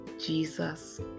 Jesus